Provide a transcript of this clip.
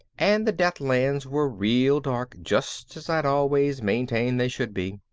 and the deathlands were real dark just as i'd always maintained they should be!